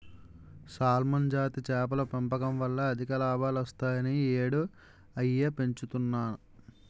salmon జాతి చేపల పెంపకం వల్ల అధిక లాభాలొత్తాయని ఈ యేడూ అయ్యే పెంచుతన్ను